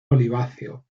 oliváceo